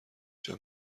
جان